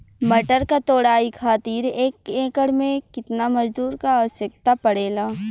मटर क तोड़ाई खातीर एक एकड़ में कितना मजदूर क आवश्यकता पड़ेला?